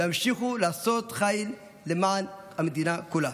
תמשיכו לעשות חיל למען המדינה כולה.